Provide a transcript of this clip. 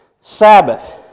Sabbath